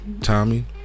Tommy